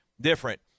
different